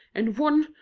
and one,